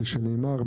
כפי שנאמר,